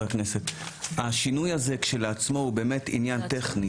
השינוי הזה כשלעצמו הוא שינוי טכני,